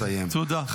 תודה רבה.